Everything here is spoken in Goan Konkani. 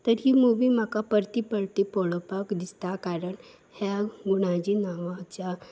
तर ही मुवी म्हाका परती परती पळोवपाक दिसता कारण ह्या गुणाची नांवाच्या